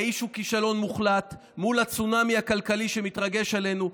האיש הוא כישלון מוחלט מול הצונאמי הכלכלי שמתרגש עלינו,